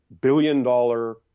billion-dollar